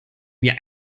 mir